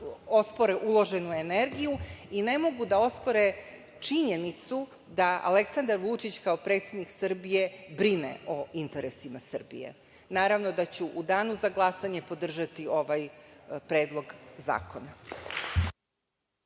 ospore uloženu energiju i ne mogu da ospore činjenicu da Aleksandar Vučić, kao predsednik Srbije, brine o interesima Srbije. Naravno da ću danu za glasanje podržati ovaj Predlog zakona.